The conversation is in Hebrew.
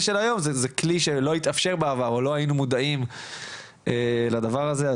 של היום זה כלי שלא התאפשר בעבר או כלי שלא היינו מודעים לדבר הזה,